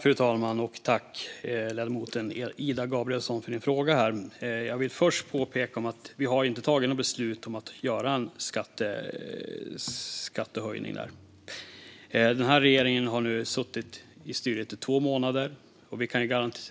Fru talman! Jag tackar ledamoten Ida Gabrielsson för hennes fråga. Vi har inte fattat några beslut om skattehöjningar. Den här regeringen har suttit vid styret i två månader, och